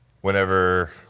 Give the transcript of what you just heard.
Whenever